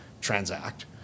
transact